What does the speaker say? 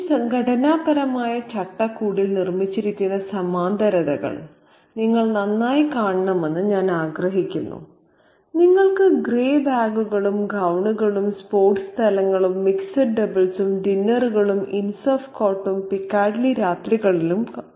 ഈ ഘടനാപരമായ ചട്ടക്കൂടിൽ നിർമ്മിച്ചിരിക്കുന്ന സമാന്തരതകൾ നിങ്ങൾ നന്നായി കാണണമെന്ന് ഞാൻ ആഗ്രഹിക്കുന്നു നിങ്ങൾക്ക് ഗ്രേ ബാഗുകളും ഗൌണുകളും സ്പോർട്സ് സ്ഥലങ്ങളും മിക്സഡ് ഡബിൾസും ഡിന്നറുകളും ഇൻസ് ഓഫ് കോർട്ടും പിക്കാഡിലി രാത്രികളും കാണാൻ കഴിയും